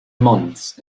months